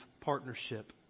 partnership